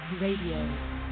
Radio